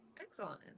excellent